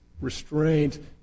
restraint